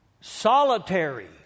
Solitary